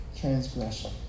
transgression